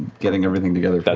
getting everything together